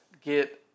get